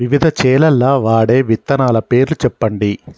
వివిధ చేలల్ల వాడే విత్తనాల పేర్లు చెప్పండి?